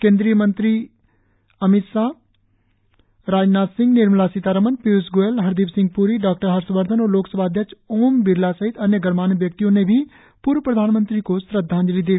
केंद्रीय मंत्री अमित शाह राजनाथ सिंह निर्मला सीतारमन पीयूष गोयल हरदीप सिंह प्री डॉक्टर हर्षवर्धन और लोकसभा अध्यक्ष ओम बिरला सहित अन्य गणमान्य व्यक्तियों ने भी पूर्व प्रधानमंत्री को श्रद्धांजलि दी